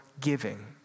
giving